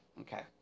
Okay